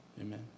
Amen